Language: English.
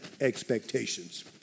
expectations